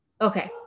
okay